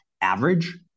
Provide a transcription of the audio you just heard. average